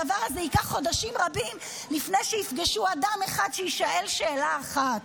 הדבר הזה ייקח חודשים רבים לפני שייפגשו אדם אחד שיישאל שאלה אחת.